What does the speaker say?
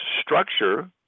structure